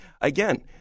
Again